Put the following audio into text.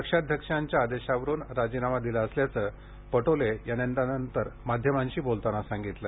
पक्षाध्यक्षांचा आदेशावरुन राजीनामा दिला असल्याचं पटोले यांनी माध्यमांशी बोलताना सांगितलं